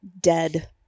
dead